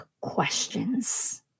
questions